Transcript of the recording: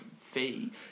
fee